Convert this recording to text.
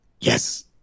Yes